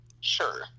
Sure